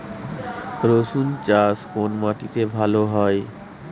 রুসুন চাষ কোন মাটিতে ভালো হয়?